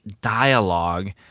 dialogue